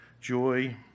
joy